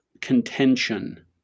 contention